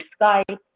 Skype